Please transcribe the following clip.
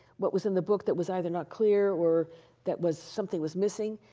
what was in the book that was either not clear or that was something was missing.